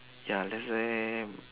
ya let's say